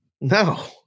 No